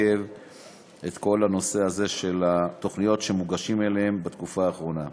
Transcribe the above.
את כל הנושא הזה של התוכניות שמוגשות אליהן בתקופה האחרונה.